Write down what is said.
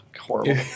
horrible